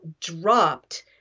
dropped